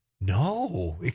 No